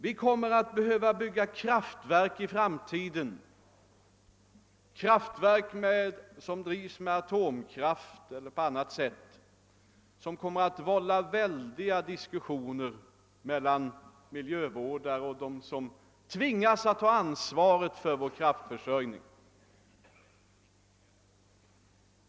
Vi kommer i framtiden att behöva bygga kraftverk, som drivs med atomkraft eller på annat sätt och som kommer att vålla väldiga diskussioner mellan miljövårdare och dem som tvingas att ta ansvaret för vår kraftförsörjning.